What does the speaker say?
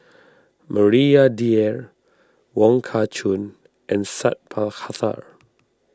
Maria Dyer Wong Kah Chun and Sat Pal Khattar